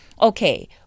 okay